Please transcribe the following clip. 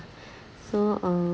so um